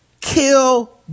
kill